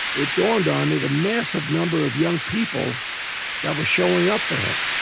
it dawned on me the massive number of young people that were showing up for him.